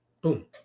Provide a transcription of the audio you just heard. boom